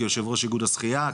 כיו"ר איגוד השחייה,